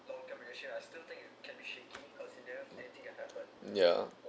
yeah